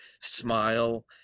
smile